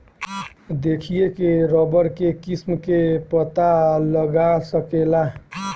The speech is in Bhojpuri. देखिए के रबड़ के किस्म के पता लगा सकेला